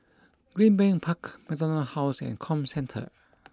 Greenbank Park MacDonald House and Comcentre